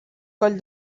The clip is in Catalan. coll